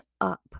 up